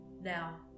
Now